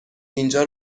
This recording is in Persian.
اینجا